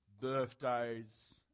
birthdays